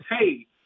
hey